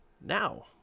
now